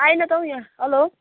आएन त हौ यहाँ हेलो